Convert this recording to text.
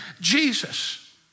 Jesus